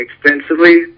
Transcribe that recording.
extensively